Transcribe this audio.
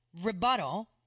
Rebuttal